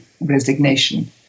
resignation